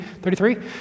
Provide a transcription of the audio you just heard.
33